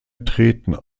treten